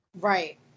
Right